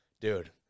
Dude